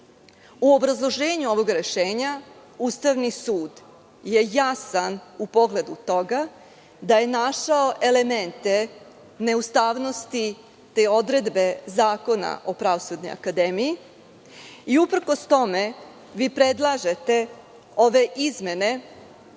U obrazloženju ovog rešenja Ustavni sud je jasan u pogledu toga da je našao elemente neustavnosti te odredbe Zakona o Pravosudnoj akademiji. Uprkos tome vi predlažete ove izmene